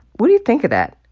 what do you think of that?